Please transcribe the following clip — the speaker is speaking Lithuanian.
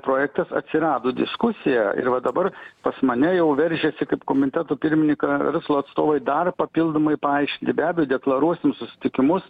projektas atsirado diskusija ir va dabar pas mane jau veržiasi kaip komiteto pirminyką verslo atstovai dar papildomai paaiškinti be abejo deklaruosim susitikimus